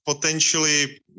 potentially